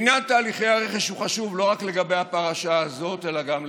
עניין תהליכי הרכש הוא חשוב לא רק לגבי הפרשה הזאת אלא גם לעתיד.